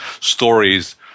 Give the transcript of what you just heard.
stories